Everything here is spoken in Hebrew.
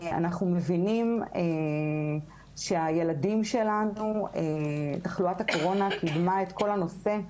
אנחנו מבינים שהילדים שלנו תחלואת הקורונה קידמה את כל הנושא.